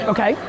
Okay